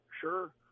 Sure